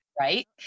Right